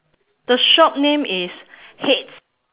the shop name is heads